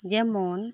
ᱡᱮᱢᱚᱱ